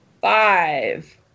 Five